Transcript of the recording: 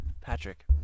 Patrick